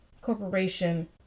corporation